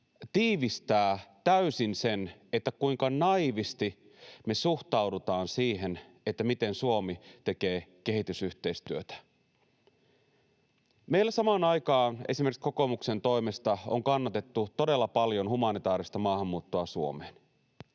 tiivistää täysin sen, kuinka naiivisti me suhtaudutaan siihen, miten Suomi tekee kehitysyhteistyötä. Meillä samaan aikaan esimerkiksi kokoomuksen toimesta on kannatettu todella paljon humanitaarista maahanmuuttoa Suomeen,